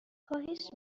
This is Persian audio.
خواهش